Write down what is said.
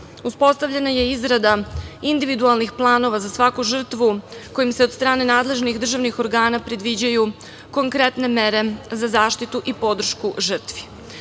Uspostavljena je izrada individualnih planova za svaku žrtvu kojim se od strane nadležnih državnih organa predviđaju konkretne mere za zaštitu i podršku žrtvi.